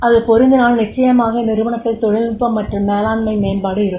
அது பொருந்தினால் நிச்சயமாக நிறுவனத்தில் தொழில்நுட்பம் மற்றும் மேலாண்மை மேம்பாடு இருக்கும்